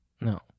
no